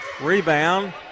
Rebound